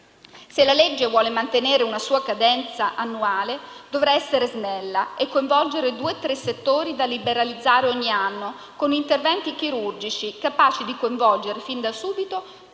Se la legge vuole mantenere la sua cadenza annuale, dovrà essere snella e coinvolgere due o tre settori da liberalizzare ogni anno, con interventi chirurgici, capaci di coinvolgere, fin da subito, tutti gli